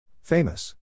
Famous